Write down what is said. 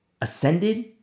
ascended